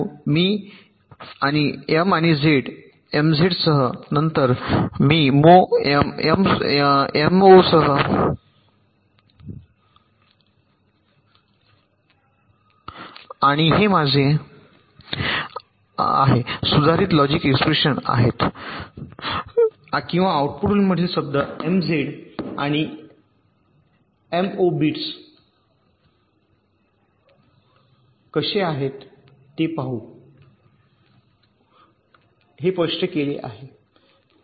मी आणि झेड एमझेडसह नंतर किंवा MO सह आणि हे माझे सुधारित लॉजिक एक्सप्रेशन आहे किंवा आउटपुटमधील शब्द l हे एमझेड आणि MO बिट्स कसे आहेत ते पाहू हे स्पष्ट केले आहे